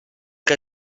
que